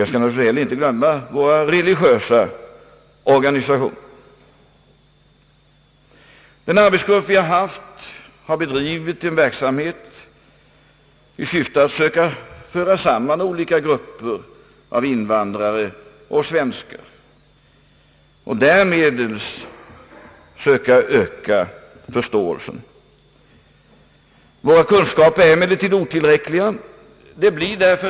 Jag skall naturligtvis inte glömma våra religiösa organisationer. Den arbetsgrupp som har tillsatts har bedrivit sin verksamhet i syfte att söka föra samman olika grupper av invandrare och svenskar för att därmed söka öka förståelsen. Våra kunskaper är emellertid otillräckliga.